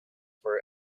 for